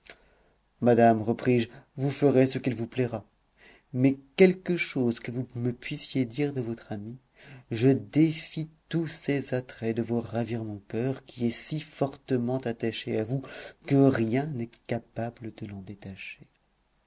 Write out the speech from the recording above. madame repris-je vous ferez ce qu'il vous plaira mais quelque chose que vous me puissiez dire de votre amie je défie tous ses attraits de vous ravir mon coeur qui est si fortement attaché à vous que rien n'est capable de l'en détacher